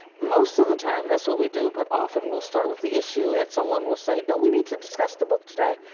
most of the time, that's what we do. but often we'll start with the issue and someone will say, don't we need to discuss the book today?